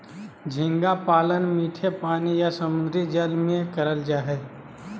झींगा पालन मीठे पानी या समुंद्री जल में करल जा हय